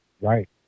Right